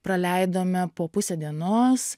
praleidome po pusę dienos